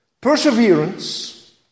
perseverance